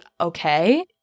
okay